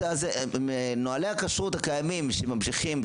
נוהלי הכשרות הקיימים שממשיכים,